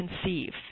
conceive